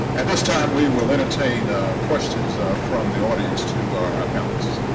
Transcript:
at this time we will entertain questions from the audience to our panelists.